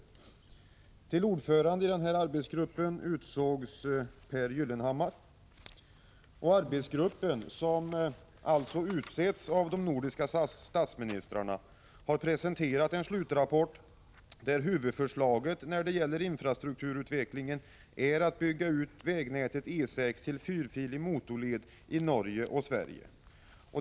Till ordförande i denna arbetsgrupp utsågs Pehr Gyllenhammar. Arbetsgruppen, som alltså utsetts av de nordiska statsministrarna, har presenterat en slutrapport där huvudförslaget när det gäller infrastrukturutvecklingen är att bygga ut vägnätet E 6 till fyrfilig motorled i Norge och Sverige.